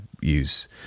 use